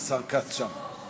השר כץ שם.